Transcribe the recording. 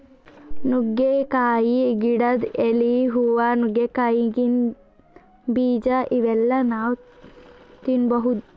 ನುಗ್ಗಿಕಾಯಿ ಗಿಡದ್ ಎಲಿ, ಹೂವಾ, ನುಗ್ಗಿಕಾಯಿದಾಗಿಂದ್ ಬೀಜಾ ಇವೆಲ್ಲಾ ನಾವ್ ತಿನ್ಬಹುದ್